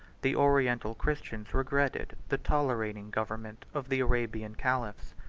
the oriental christians regretted the tolerating government of the arabian caliphs.